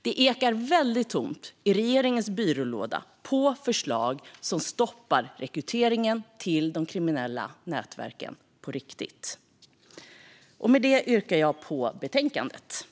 Det ekar väldigt tomt i regeringens byrålåda när det gäller förslag som stoppar rekryteringen till de kriminella nätverken på riktigt. Med detta yrkar jag bifall till utskottets förslag.